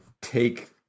take